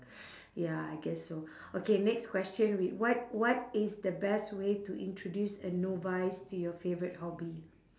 ya I guess so okay next question wait what what is the best way to introduce a novice to your favourite hobby